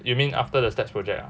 you mean after the stats project ah